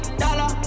dollar